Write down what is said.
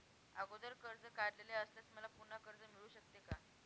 अगोदर कर्ज काढलेले असल्यास मला पुन्हा कर्ज मिळू शकते का?